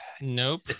nope